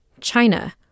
China